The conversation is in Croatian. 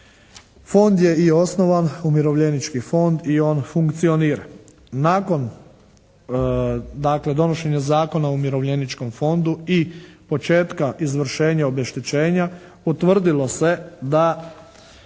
Fond je i osnovan, umirovljenički fond i on funkcionira. Nakon dakle, donošenja Zakona o umirovljeničkom fondu i početka izvršenja obeštećenja utvrdilo se da